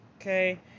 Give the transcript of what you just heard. Okay